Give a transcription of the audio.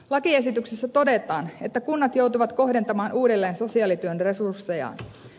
lakiesityksessä todetaan että kunnat joutuvat kohdentamaan uudelleen sosiaalityön resurssejaan